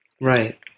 Right